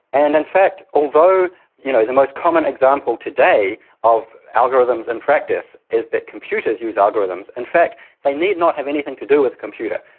and in fact although you know the most common example today of algorithms in practice is that computers use algorithms, in fact they need not have anything to do with a computer.